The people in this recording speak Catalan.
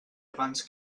abans